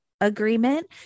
agreement